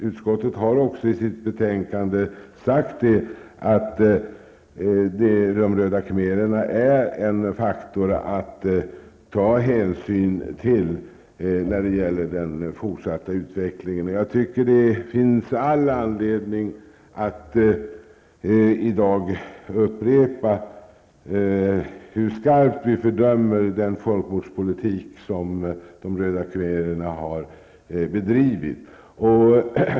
Utskottet har också i sitt betänkande sagt att de röda khmererna är en faktor att ta hänsyn till när det gäller den fortsatta utvecklingen. Jag tycker det finns all anledning att i dag upprepa hur skarpt vi fördömer den folkmordspolitik som de röda khmererna har bedrivit.